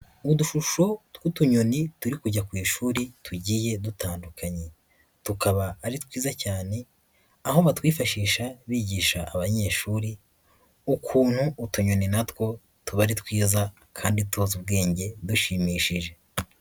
Udushusho tw'utunyoni turi kujya ku ishuri, tugiye dutandukanye. Tukaba ari twiza cyane, aho batwifashisha bigisha abanyeshuri, ukuntu utunyoni nat wo tuba ari twiza kandi tufite ubwenge dushimishije.